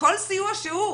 כל סיוע שהוא,